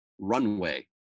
runway